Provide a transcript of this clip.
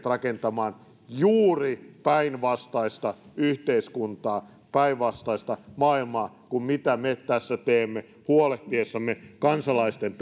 rakentamaan juuri päinvastaista yhteiskuntaa päinvastaista maailmaa kuin mitä me tässä teemme huolehtiessamme kansalaisten